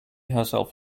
herself